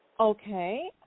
Okay